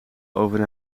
over